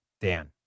Dan